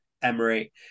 Emery